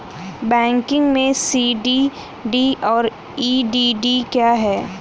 Banking में CDD और EDD क्या हैं?